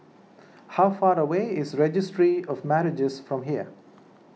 how far away is Registry of Marriages from here